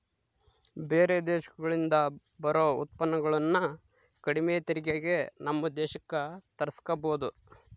ಬೇರೆ ದೇಶಗಳಿಂದ ಬರೊ ಉತ್ಪನ್ನಗುಳನ್ನ ಕಡಿಮೆ ತೆರಿಗೆಗೆ ನಮ್ಮ ದೇಶಕ್ಕ ತರ್ಸಿಕಬೊದು